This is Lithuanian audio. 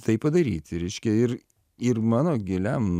tai padaryti reiškia ir ir mano giliam